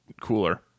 cooler